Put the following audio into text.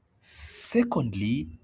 secondly